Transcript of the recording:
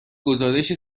گزارش